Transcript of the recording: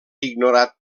ignorat